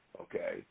okay